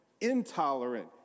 intolerant